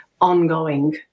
ongoing